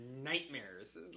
nightmares